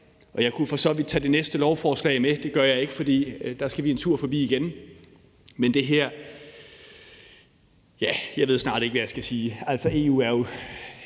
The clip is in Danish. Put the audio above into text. og jeg kunne for så vidt tage det næste lovforslag med – det gør jeg ikke, for der skal vi en tur forbi igen. Men det her ... jeg ved snart ikke, hvad jeg skal sige. Det er jo